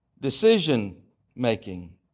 decision-making